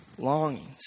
longings